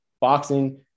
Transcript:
boxing